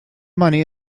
money